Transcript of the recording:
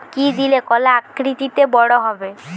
কি দিলে কলা আকৃতিতে বড় হবে?